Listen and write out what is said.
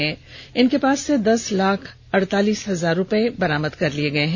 police ने इनके पास से दस लाख अड़तालीस हजार रुपये बरामद कर लिये हैं